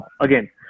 again